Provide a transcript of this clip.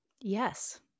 Yes